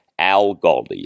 ALGALDI